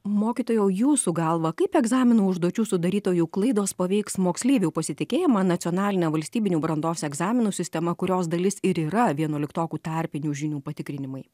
mokytojau jūsų galva kaip egzamino užduočių sudarytojų klaidos paveiks moksleivių pasitikėjimą nacionaline valstybinių brandos egzaminų sistema kurios dalis ir yra vienuoliktokų tarpinių žinių patikrinimai